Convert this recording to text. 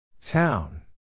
Town